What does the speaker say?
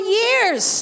years